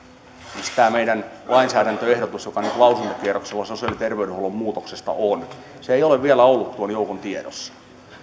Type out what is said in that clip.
siis tämä meidän lainsäädäntöehdotuksemme joka nyt lausuntokierroksella sosiaali ja terveydenhuollon muutoksesta on ei ole vielä ollut tuon joukon tiedossa